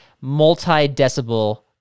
multi-decibel